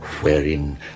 wherein